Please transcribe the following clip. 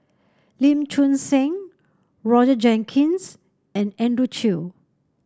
Lim Choon Seng Roger Jenkins and Andrew Chew